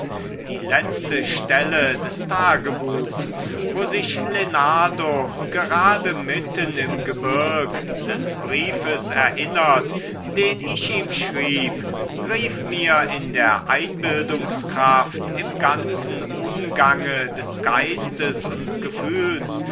die letzte stelle des tagebuchs wo sich lenardo gerade mitten im gebirg des briefes erinnert den ich ihm schreib rief mir in der einbildungskraft im ganzen umgange des geistes und gefühls